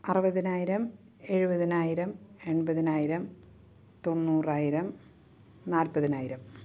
അറുപതിനായിരം എഴുപതിനായിരം എൺപതിനായിരം തൊണ്ണുറായിരം നാൽപതിനായിരം